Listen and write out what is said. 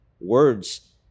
Words